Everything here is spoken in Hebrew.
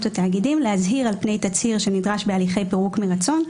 התאגידים להזהיר על פני תצהיר שנדרש בהליכי פירוק מרצון,